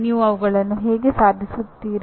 ನೀವು ಅವುಗಳನ್ನು ಹೇಗೆ ಸಾಧಿಸುತ್ತೀರಿ